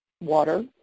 water